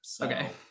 Okay